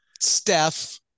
Steph